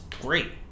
great